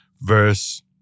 verse